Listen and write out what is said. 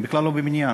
הם בכלל לא בבניין.